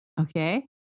Okay